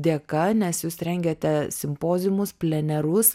dėka nes jūs rengiate simpoziumus plenerus